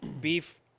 beef